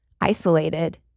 isolated